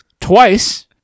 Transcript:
Twice